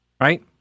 right